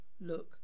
Look